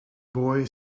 boy